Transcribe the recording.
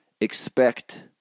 expect